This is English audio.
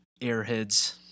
Airheads